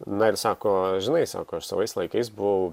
na ir sako žinai sako aš savais laikais buvau